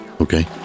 Okay